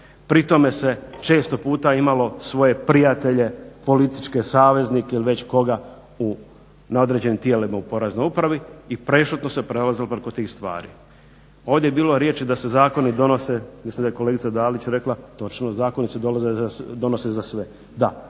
pri tome se često puta imalo svoje prijatelje političke saveznike ili već koga na određenim tijelima u Poreznoj upravi i prešutno se prelazilo preko tih stvari. Ovdje je bilo riječi da se zakoni donose, mislim da je kolegica Dalić rekla točno zakoni se donose za sve. Da,